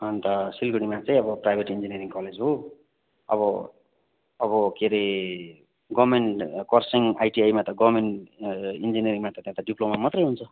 अन्त सिलगढीमा चाहिँ अब प्राइभेट इन्जिनियरिङ कलेज हो अब अब के अरे गभर्मेन्ट खरसाङ आइटिआईमा त गभर्मेन्ट ए इन्जिनियरिङमा त त्यहाँ त डिप्लोमा मात्रै हुन्छ